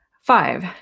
five